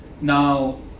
now